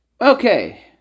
Okay